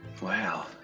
Wow